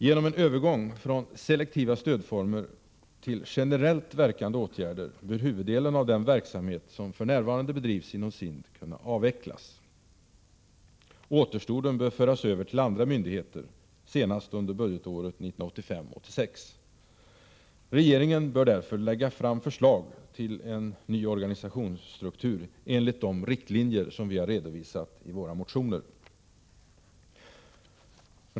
Genom en övergång från selektiva stödformer till generellt verkande åtgärder bör huvuddelen av den verksamhet som för närvarande bedrivs inom SIND kunna avvecklas. Återstoden bör föras över till andra myndigheter senast under budgetåret 1985/86. Regeringen bör därför lägga fram förslag till en ny organisationsstruktur enligt de riktlinjer som vi har redovisat i våra motioner.